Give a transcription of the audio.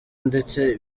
ndetse